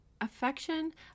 affection